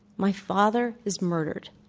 my father is murdered.